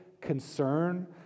concern